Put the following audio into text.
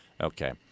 Okay